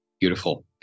Beautiful